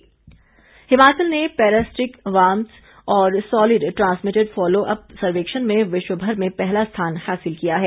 विपिन परमार हिमाचल ने parasitic worms और solid transmitted follow up सर्वेक्षण में विश्व भर में पहला स्थान हासिल किया है